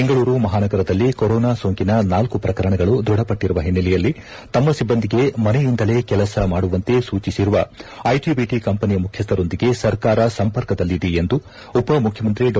ಬೆಂಗಳೂರು ಮಹಾನಗರದಲ್ಲಿ ಕೊರೋನಾ ಸೋಂಕಿನ ನಾಲ್ಕು ಪ್ರಕರಣಗಳು ಧೃಡಪಟ್ಟರುವ ಹಿನ್ನೆಲೆಯಲ್ಲಿ ತಮ್ಮ ಸಿಬ್ಬಂದಿಗೆ ಮನೆಯಿಂದಲೇ ಕೆಲಸ ಮಾಡುವಂತೆ ಸೂಚಿಸಿರುವ ಐಟಿಬಿಟಿ ಕಂಪನಿಗಳ ಮುಖ್ಯಸ್ವರೊಂದಿಗೆ ಸರ್ಕಾರ ಸಂಪರ್ಕದಲ್ಲಿದೆ ಎಂದು ಉಪಮುಖ್ಯಮಂತ್ರಿ ಡಾ